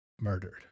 murdered